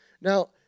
Now